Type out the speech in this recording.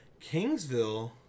Kingsville